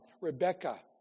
Rebecca